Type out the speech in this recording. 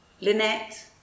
Lynette